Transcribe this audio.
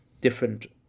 different